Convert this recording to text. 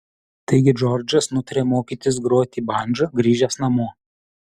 taigi džordžas nutarė mokytis groti bandža grįžęs namo